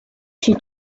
she